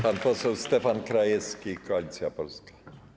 Pan poseł Stefan Krajewski, Koalicja Polska.